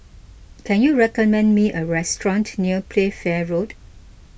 can you recommend me a restaurant near Playfair Road